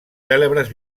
cèlebres